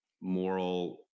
Moral